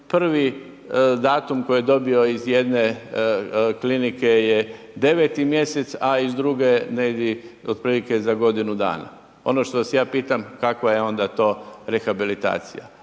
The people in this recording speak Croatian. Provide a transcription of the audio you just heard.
prvi datum koji je dobio iz jedne klinike je 9 mjesec, a iz druge negdje otprilike za godinu dana. Ono što vas ja pitam, kakva je onda to rehabilitacija?